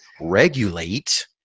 regulate